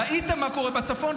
ראיתם מה קורה בצפון,